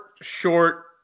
short